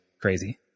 crazy